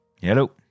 Hello